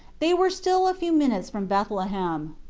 they were still a few minutes from bethlehem.